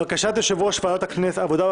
בקשת יושב-ראש ועדת העבודה,